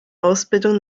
ausbildung